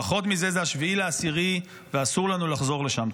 פחות מזה זה 7 באוקטובר ואסור לנו לחזור לשם.